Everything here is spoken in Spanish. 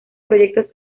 proyectos